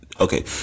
okay